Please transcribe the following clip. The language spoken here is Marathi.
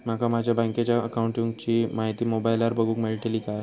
माका माझ्या बँकेच्या अकाऊंटची माहिती मोबाईलार बगुक मेळतली काय?